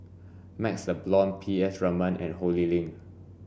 MaxLe Blond P S Raman and Ho Lee Ling